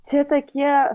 čia tokie